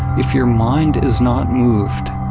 if your mind is not moved,